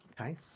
okay